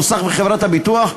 המוסך וחברת הביטוח,